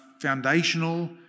foundational